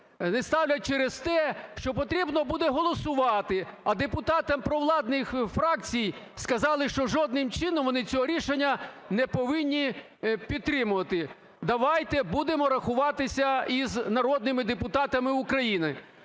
Не ставлять через те, що потрібно буде голосувати, а депутатам провладних фракцій сказали, що жодним чином вони цього рішення не повинні підтримувати. Давайте будемо рахуватися із народними депутатами України.